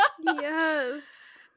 yes